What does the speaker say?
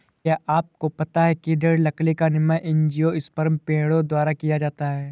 क्या आपको पता है दृढ़ लकड़ी का निर्माण एंजियोस्पर्म पेड़ों द्वारा किया जाता है?